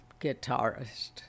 guitarist